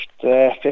fifth